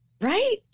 Right